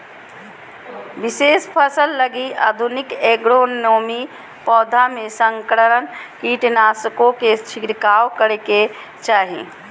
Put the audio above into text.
विशेष फसल लगी आधुनिक एग्रोनोमी, पौधों में संकरण, कीटनाशकों के छिरकाव करेके चाही